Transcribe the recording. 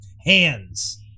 hands